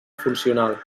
funcional